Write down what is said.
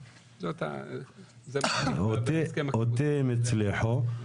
אותי הם הצליחו.